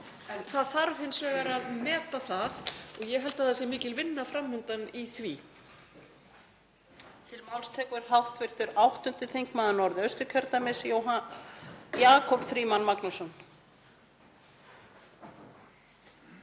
það en hins vegar þarf að meta það. Ég held að það sé mikil vinna fram undan í því.